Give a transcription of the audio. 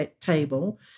table